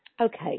Okay